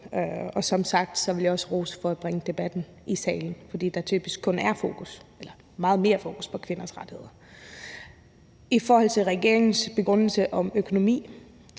Som sagt vil jeg også rose for at bringe debatten ind i salen, fordi der typisk kun er fokus på eller meget mere fokus på kvinders rettigheder. I forhold til regeringens begrundelse om økonomi